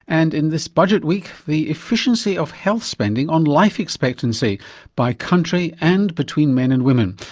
and in this budget week, the efficiency of health spending on life expectancy by country and between men and women.